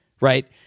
right